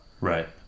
Right